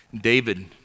David